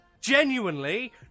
genuinely